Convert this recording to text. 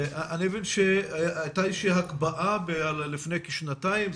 אני מבין שהייתה איזו שהיא הקפאה לפני כשנתיים,